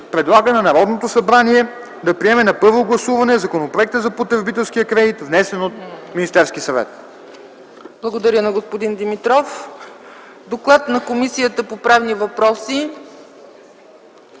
предлага на Народното събрание да приеме на първо гласуване Законопроекта за потребителския кредит, внесен от Министерския съвет. ПРЕДСЕДАТЕЛ ЦЕЦКА ЦАЧЕВА: Благодаря на господин Димитров. С доклада на Комисията по правни въпроси